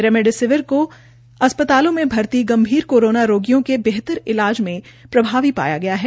remdesivir के अस्पतालों में भर्ती गंभीर कोरोना रोगियों के बेहतर इलाज में प्रभावी पाया गया है